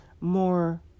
more